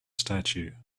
statue